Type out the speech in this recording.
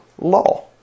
law